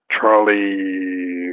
Charlie